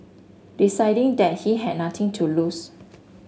deciding that he had nothing to lose